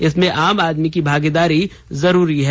इसमें आम आदमी की भागेदारी जरूरी है